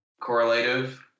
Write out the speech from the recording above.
correlative